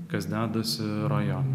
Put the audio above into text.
kas dedasi rajone